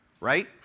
right